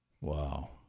Wow